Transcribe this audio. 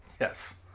yes